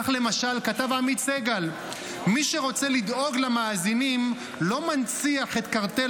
כך למשל כתב עמית סגל: "מי שרוצה לדאוג למאזינים לא מנציח את קרטל